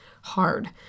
Hard